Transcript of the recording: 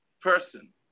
person